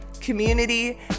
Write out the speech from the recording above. community